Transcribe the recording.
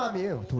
um you